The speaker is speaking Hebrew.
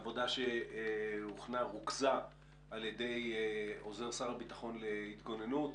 עבודה שרוכזה על ידי עוזר שר הביטחון להתגוננות,